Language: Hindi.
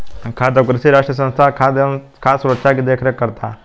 खाद्य और कृषि राष्ट्रीय संस्थान खाद्य सुरक्षा की देख रेख करता है